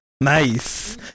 Nice